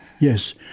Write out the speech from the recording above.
Yes